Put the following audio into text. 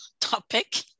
topic